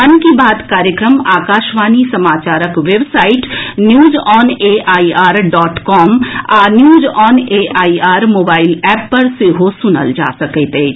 मन की बात कार्यक्रम आकाशवाणी समाचारक website news on AIR dot com आओर न्यूनऑनएआइआर मोबाईल एप पर सेहो सुनल जा सकैत अछि